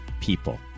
people